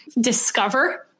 discover